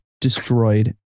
destroyed